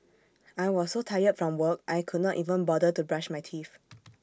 I was so tired from work I could not even bother to brush my teeth